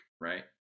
right